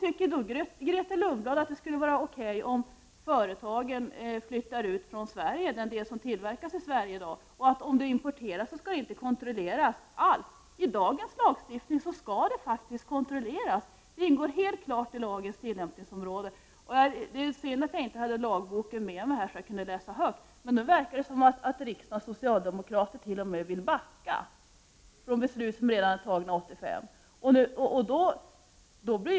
Tycker då Grethe Lundblad att det skulle vara okej om företagen flyttar ut viss del av produktionen från Sverige och om de produkter som kommer att importeras inte skulle omfattas av kontrollen? Med den lagstiftning vi har i dag skall de faktiskt kontrolleras. Det ingår helt klart i lagens tillämpningsområde. Det är synd att jag inte har lagboken med mig här så att jag kunde läsa högt. Men nu verkar det som om riksdagens socialdemokrater t.o.m. vill backa från beslut som fattades redan 1985.